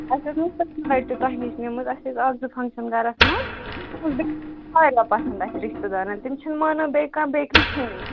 اَسہِ ٲس نَہ حظ پٔتمہِ لَٹہِ تۄہہِ نِش نِمٕژ اَسہِ ٲسۍ اکھ زٕ فنٛگَشن گَرَس منٛز واریاہ پَسنٛد اَسہِ رِشتہٕ دارَن تِم چھِنہٕ مانن بیٚیہِ کانٛہہ بیٚکری کھیٚنی